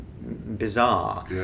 bizarre